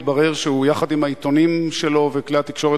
מתברר שיחד עם העיתונים שלו וכלי התקשורת